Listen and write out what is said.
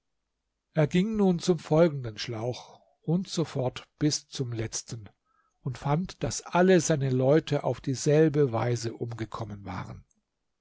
er ging nun zum folgenden schlauch und so fort bis zum letzten und fand daß alle seine leute auf dieselbe weise umgekommen waren